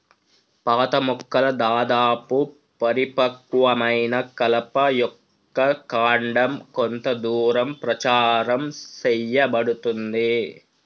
పాత మొక్కల దాదాపు పరిపక్వమైన కలప యొక్క కాండం కొంత దూరం ప్రచారం సేయబడుతుంది